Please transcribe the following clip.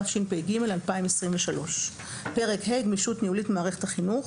התשפ"ג 2023. פרק ה' (גמישות ניהולית במערכת החינוך),